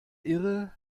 irre